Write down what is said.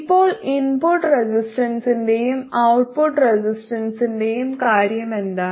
ഇപ്പോൾ ഇൻപുട്ട് റെസിസ്റ്റൻസിന്റെയും ഔട്ട്പുട്ട് റെസിസ്റ്റൻസിന്റെയും കാര്യമെന്താണ്